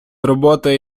роботи